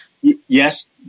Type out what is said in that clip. Yes